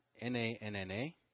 N-A-N-N-A